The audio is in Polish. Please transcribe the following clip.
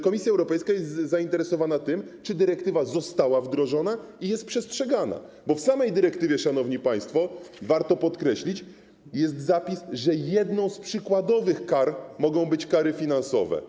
Komisja Europejska jest zainteresowana tym, czy dyrektywa została wdrożona i czy jest przestrzegana, bo w samej dyrektywie, szanowni państwo, co warto podkreślić, jest zapis określający, że jedną z przykładowych kar mogą być kary finansowe.